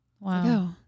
Wow